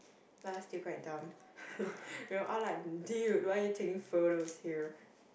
but still quite dumb we were all like dude why are you taking photos here